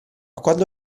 quando